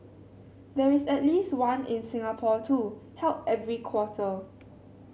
there is at least one in Singapore too held every quarter